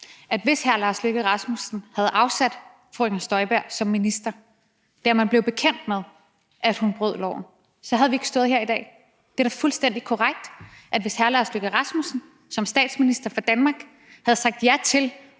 vi, hvis hr. Lars Løkke Rasmussen havde afsat fru Inger Støjberg som minister, da man blev bekendt med, at hun brød loven, så ikke havde stået her i dag. Det er da fuldstændig korrekt, at vi, hvis hr. Lars Løkke Rasmussen som statsminister for Danmark havde sagt ja til